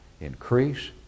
Increase